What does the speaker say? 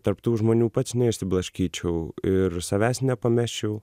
tarp tų žmonių pats neišsiblaškyčiau ir savęs nepamesčiau